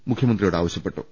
മുഖ്യമന്ത്രിയോട് ആവശ്യപ്പെട്ടു